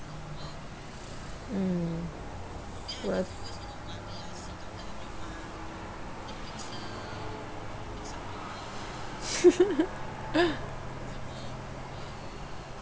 mm work